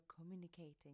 communicating